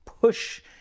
push